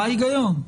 מה ההיגיון?